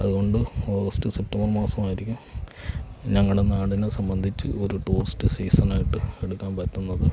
അതുകൊണ്ട് August September മാസമായിരിക്കും ഞങ്ങളെ നാടിനെ സംബന്ധിച്ച് ഒരു ടൂറിസ്റ്റ് സീസൺ ആയിട്ട് എടുക്കാൻ പറ്റുന്നത്